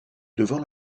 devant